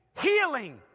healing